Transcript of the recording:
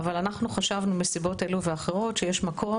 אבל אנחנו חשבנו מסיבות אלו ואחרות שיש מקום